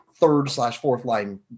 third-slash-fourth-line